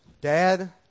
dad